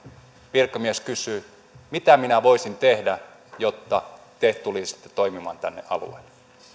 virkamies kysyy että mitä minä voisin tehdä jotta te tulisitte toimimaan tänne alueelle